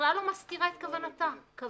אני לא נוהגת להתבטא בהן, אבל